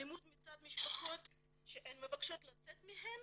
אלימות מצד משפחות שהן מבקשות לצאת מהן